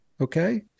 Okay